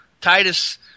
Titus